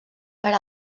per